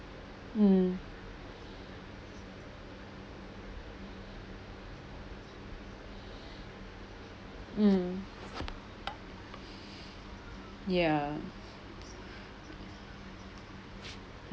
mm mmhmm ya